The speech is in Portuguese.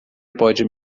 pode